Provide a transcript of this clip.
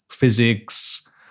Physics